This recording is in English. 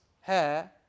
hair